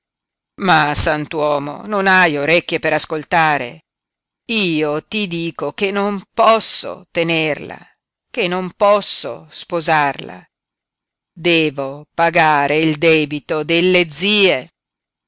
ma sant'uomo non hai orecchie per ascoltare io ti dico che non posso tenerla che non posso sposarla devo pagare il debito delle zie